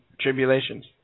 Tribulations